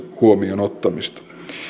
huomioon ottamista